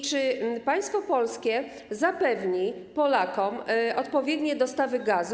Czy państwo polskie zapewni Polakom odpowiednie dostawy gazu?